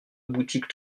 boutique